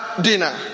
dinner